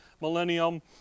millennium